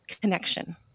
Connection